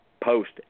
post